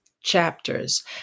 chapters